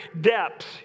depths